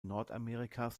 nordamerikas